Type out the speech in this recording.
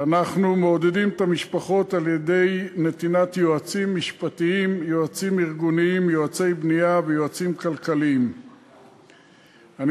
בשורת סיכום, אדוני היושב-ראש, אני